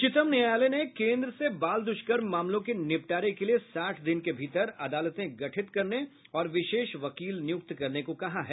उच्चतम न्यायालय ने केन्द्र से बाल दुष्कर्म मामलों के निपटारे के लिए साठ दिन के भीतर अदालतें गठित करने और विशेष वकील नियुक्त करने को कहा है